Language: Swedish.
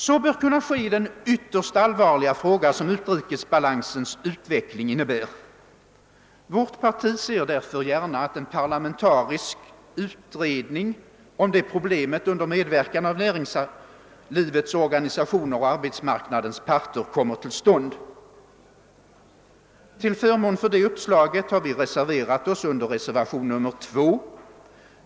Så bör kunna ske i den ytterst allvarliga fråga som utrikesbalansens utveckling innebär. Vårt parti ser därför gärna att en parlamentarisk utredning om det problemet under medverkan av näringslivets organisationer och arbetsmarknadens parter kommer till stånd. Till förmån för det uppslaget har vi reserverat oss i reservationen 2.